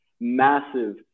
massive